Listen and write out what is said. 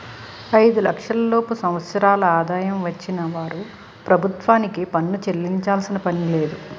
ఐదు లక్షల లోపు సంవత్సరాల ఆదాయం వచ్చిన వారు ప్రభుత్వానికి పన్ను చెల్లించాల్సిన పనిలేదు